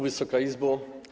Wysoka Izbo!